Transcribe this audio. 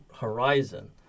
horizon